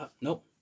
nope